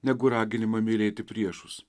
negu raginimą mylėti priešus